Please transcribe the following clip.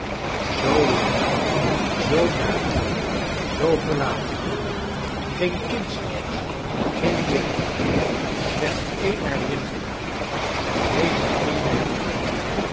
zoo lang zoo naakt zoo verlaten geen kindsheid geen jeugd slechts een herinnering en deze eene herinnering